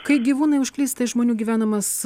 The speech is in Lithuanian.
kai gyvūnai užklysta į žmonių gyvenamas